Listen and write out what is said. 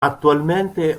attualmente